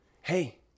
hey